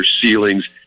ceilings